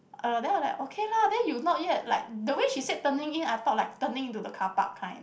uh then I like okay lah then you not yet like the way she said turning in I thought like turning into the car park kind